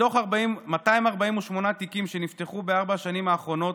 מתוך 248 תיקים שנפתחו בארבע השנים האחרונות,